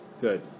good